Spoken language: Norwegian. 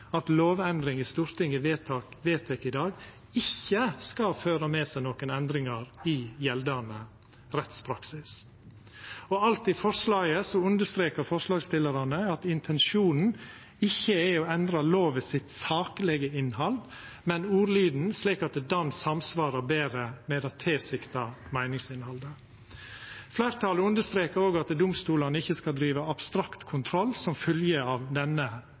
at lovendringa Stortinget vedtek i dag, ikkje skal føra med seg endringar i gjeldande rettspraksis. Og alt i forslaget strekar forslagsstillarane under at intensjonen ikkje er å endra lova sitt saklege innhald, men ordlyden, slik at han samsvarar betre med det tilsikta meiningsinnhaldet. Fleirtalet strekar òg under at domstolane ikkje skal driva abstrakt kontroll som fylgje av denne